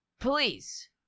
Please